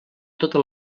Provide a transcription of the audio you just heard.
tota